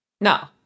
No